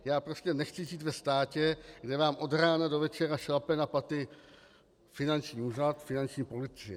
Já prostě nechci žít ve státě, kde vám od rána do večera šlape na paty finanční úřad, finanční policie.